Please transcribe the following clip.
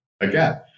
again